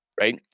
right